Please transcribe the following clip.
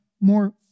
more